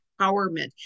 empowerment